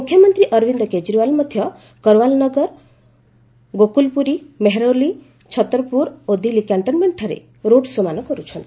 ମୁଖ୍ୟମନ୍ତ୍ରୀ ଅରବିନ୍ଦ୍ କେଜରିଓ୍ବାଲ୍ ମଧ୍ୟ କରାୱଲ୍ ନଗର ଗୋକୁଲ୍ପୁରୀ ମେହେରୋଲି ଛତରପୁର ଓ ଦିଲ୍ଲୀ କ୍ୟାଣ୍ଟନ୍ମେଣ୍ଟଠାରେ ରୋଡ୍ ଶୋ'ମାନ କରୁଛନ୍ତି